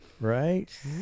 Right